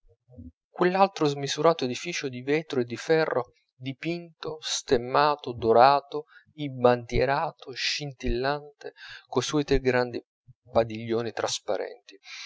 quell'altro smisurato edificio di vetro e di ferro dipinto stemmato dorato imbandierato scintillante coi suoi tre grandi padiglioni trasparenti